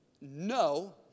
no